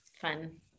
Fun